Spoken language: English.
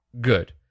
good